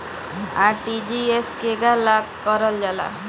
RTGS केगा करलऽ जाला?